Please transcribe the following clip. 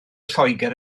lloegr